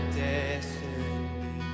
destiny